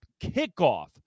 kickoff